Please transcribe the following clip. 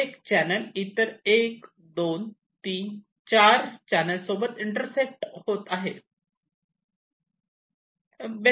एक चॅनल इतर 1 2 3 4 चॅनेल सोबत इंटरसेक्ट होत आहे